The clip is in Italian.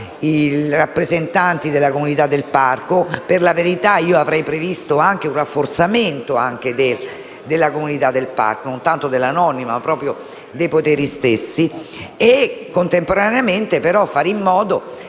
i rappresentanti della comunità del parco - per la verità io avrei previsto anche un rafforzamento della comunità, non tanto nella nomina, ma proprio nei poteri stessi - e contemporaneamente cercava di fare in modo